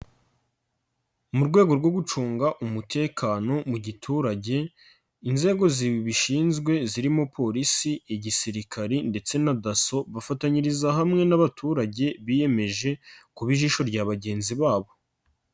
Mu rwego rwo gucunga umutekano mu giturage, inzego zibishinzwe zirimo Polisi, Igisirikari ndetse na Dasso, bafatanyiriza hamwe n'abaturage biyemeje kuba ijisho rya bagenzi babo.